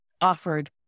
offered